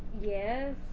Yes